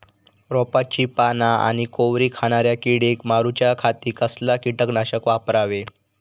रोपाची पाना आनी कोवरी खाणाऱ्या किडीक मारूच्या खाती कसला किटकनाशक वापरावे?